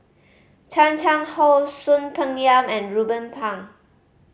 Chan Chang How Soon Peng Yam and Ruben Pang